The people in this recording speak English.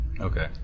Okay